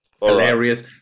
hilarious